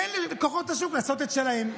תן לכוחות השוק לעשות את שלהם.